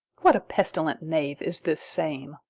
what a pestilent knave is this same!